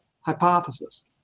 hypothesis